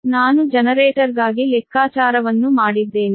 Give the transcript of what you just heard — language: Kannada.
ನಾನು ಜನರೇಟರ್ಗಾಗಿ ಲೆಕ್ಕಾಚಾರವನ್ನು ಮಾಡಿದ್ದೇನೆ